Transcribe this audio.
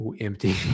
empty